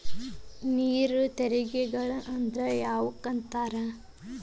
ನೇರ ತೆರಿಗೆಗಳ ಅಂದ್ರ ಯಾವಕ್ಕ ಅಂತಾರ